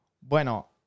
bueno